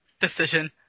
decision